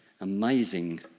Amazing